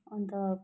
अन्त